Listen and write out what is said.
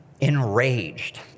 Enraged